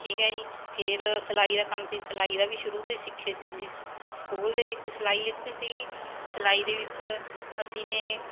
ਠੀਕ ਹੈ ਜੀ ਫੇਰ ਸਿਲਾਈ ਦਾ ਕੰਮ ਸੀ ਸਿਲਾਈ ਦਾ ਵੀ ਸ਼ੁਰੂ ਤੋਂ ਹੀ ਸਿੱਖੇ ਸੀ ਜੀ ਸਕੂਲ ਦੇ ਵਿੱਚ ਸਿਲਾਈ ਲਿੱਤੀ ਸੀਗੀ ਸਿਲਾਈ ਦੇ ਵਿੱਚ ਅਸੀਂ ਨੇ